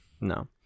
no